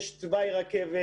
יש תוואי רכבת,